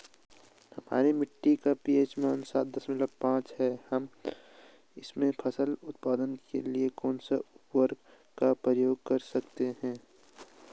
हमारी मिट्टी का पी.एच मान सात दशमलव पांच है हम इसमें फसल उत्पादन के लिए कौन से उर्वरक का प्रयोग कर सकते हैं?